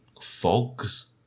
Fogs